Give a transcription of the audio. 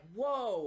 whoa